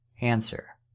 Answer